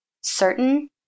certain